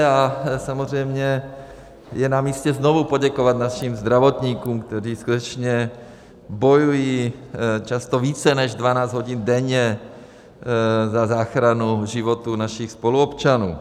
A samozřejmě je namístě znovu poděkovat našim zdravotníkům, kteří skutečně bojují často více než 12 hodin denně za záchranu životů našich spoluobčanů.